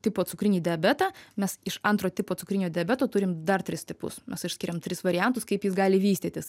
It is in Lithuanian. tipo cukrinį diabetą mes iš antro tipo cukrinio diabeto turim dar tris tipus mes išskiriam tris variantus kaip jis gali vystytis